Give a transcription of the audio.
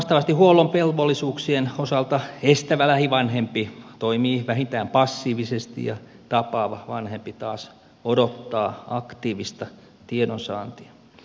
vastaavasti huollon velvollisuuksien osalta estävä lähivanhempi toimii vähintään passiivisesti ja tapaava vanhempi taas odottaa aktiivista tiedonsaantia